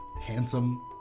handsome